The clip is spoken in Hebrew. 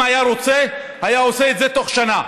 אם היה רוצה, היה עושה את זה בתוך שנה.